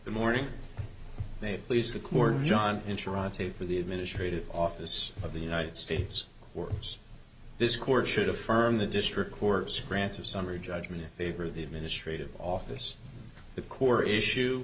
the morning they please the court john in toronto for the administrative office of the united states words this court should affirm the district court's grants of summary judgment in favor of the administrative office the core issue